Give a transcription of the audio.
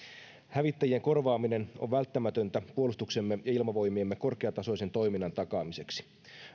hävittäjien korvaaminen on välttämätöntä puolustuksemme ja ilmavoimiemme korkeatasoisen toiminnan takaamiseksi